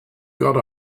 got